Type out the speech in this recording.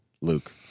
Luke